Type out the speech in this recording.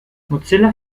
mozilla